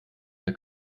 der